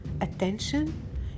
Attention